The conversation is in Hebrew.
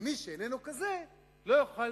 ומי שאיננו כזה לא יוכל